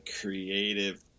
creative